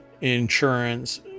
insurance